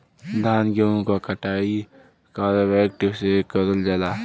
धान गेहूं क कटाई हारवेस्टर से करल जाला